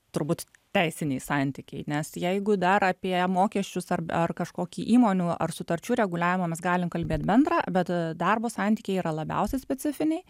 turbūt teisiniai santykiai nes jeigu dar apie mokesčius ar ar kažkokį įmonių ar sutarčių reguliavimą mes galim kalbėt bendrą bet darbo santykiai yra labiausiai specifiniai